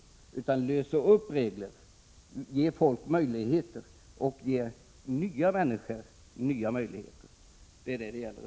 Vad det gäller är att lösa upp problem och ge folk möjligheter, ge nya människor nya möjligheter.